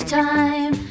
time